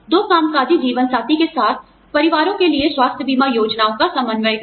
दो कामकाजी जीवन साथी के साथ परिवारों के लिए स्वास्थ्य बीमा योजनाओं का समन्वय करें